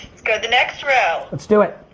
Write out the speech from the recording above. let's go to the next row. let's do it.